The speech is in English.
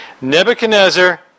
Nebuchadnezzar